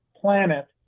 planet